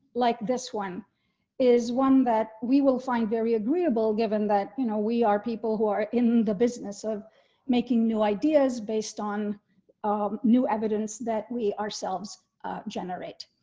like this one is one that we will find very agreeable, given that you know we are people who are in the business of making new ideas based on um new evidence that we ourselves generate